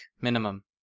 minimum